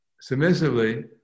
submissively